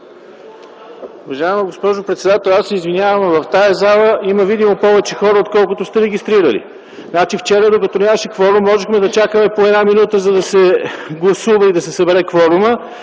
Уважаема госпожо председател, аз се извинявам, но в тази зала има видимо повече хора, отколкото сте регистрирали. Значи, вчера докато нямаше кворум, можехме да чакаме по една минута, за да се гласува и да се събере кворумът,